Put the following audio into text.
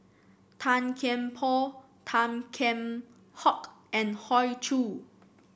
Tan Kian Por Tan Kheam Hock and Hoey Choo